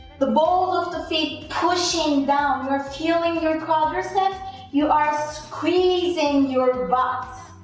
the balls of the feet pushing down, you're feeling your quadriceps you are squeezing your butt,